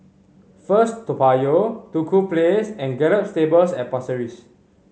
First Toa Payoh Duku Place and Gallop Stables at Pasir Ris